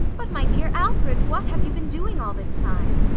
but, my dear alfred, what have you been doing all this time?